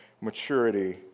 maturity